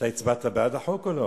אתה הצבעת בעד החוק או לא?